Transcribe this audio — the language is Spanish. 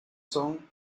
son